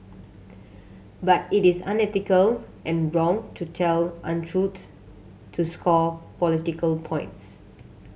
but it is unethical and wrong to tell untruths to score political points